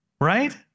Right